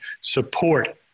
support